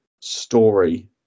story